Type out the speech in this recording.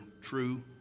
true